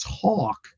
talk